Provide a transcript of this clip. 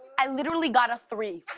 i literally got a three.